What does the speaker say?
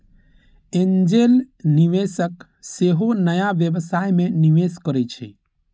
angel निवेशक सेहो नया व्यवसाय मे निवेश करै छै